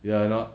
ya I know